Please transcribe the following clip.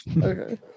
okay